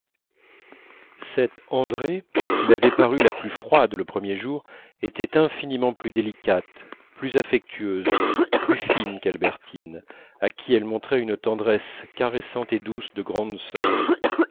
cette andrée qui m'avait paru la plus froide le premier jour était infiniment plus délicate plus affectueuse plus fine qu'albertine à qui elle montrait une tendresse caressante et douce de grande sœur